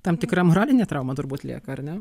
tam tikra moralinė trauma turbūt lieka ar ne